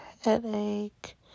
headache